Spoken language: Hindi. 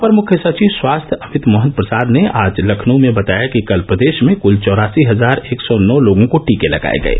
अपर मुख्य सचिव स्वास्थ्य अमित मोहन प्रसाद ने आज लखनऊ में बताया कि कल प्रदेश में कुल चौरासी हजार एक सौ नौ लोगों को टीके लगाये गये